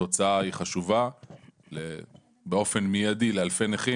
התוצאה היא חשובה באופן מיידי לאלפי נכים